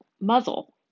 muzzle